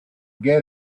get